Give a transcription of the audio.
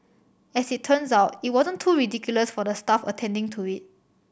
as it turns out it wasn't too ridiculous for the staff attending to it